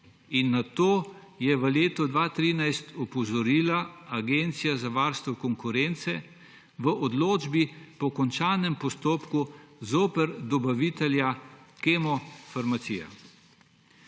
Na to je v letu 2013 opozorila agencija za varstvo konkurence v odločbi po končanem postopku zoper dobavitelja Kemofarmacija.